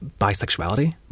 bisexuality